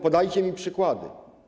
Podajcie mi przykłady.